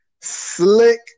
Slick